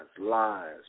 lies